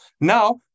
Now